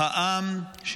העם היהודי,